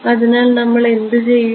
അതിനാൽ നമ്മൾ എന്തു ചെയ്യും